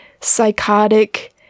psychotic